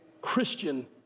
Christian